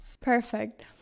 Perfect